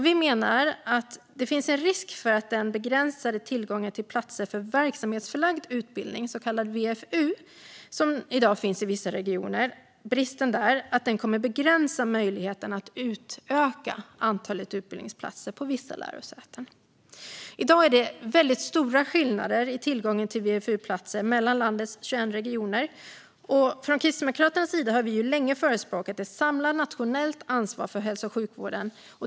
Vi menar att det finns en risk för att den bristande tillgången till platser för verksamhetsförlagd utbildning, så kallad VFU, som finns i dag i vissa regioner, kommer att begränsa möjligheterna att utöka utbildningsplatserna på vissa lärosäten. I dag är det stora skillnader i tillgången till VFU-platser mellan landets 21 regioner. Kristdemokraterna har länge förespråkat ett samlat nationellt ansvar för hälso och sjukvården.